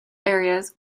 areas